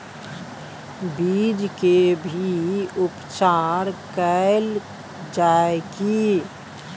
बीज के भी उपचार कैल जाय की?